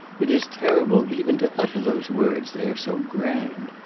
it is terrible even to utter those words, they are so grand